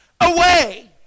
away